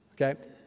Okay